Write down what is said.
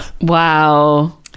Wow